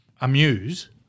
amuse